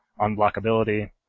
unblockability